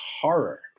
horror